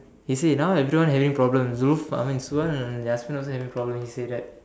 he say now everyone having problem Zul I mean Safwan and Aswan also having problem he say that